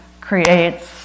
creates